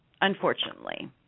unfortunately